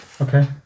Okay